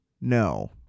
No